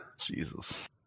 Jesus